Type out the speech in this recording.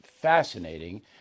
fascinating